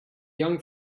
young